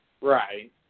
Right